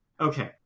okay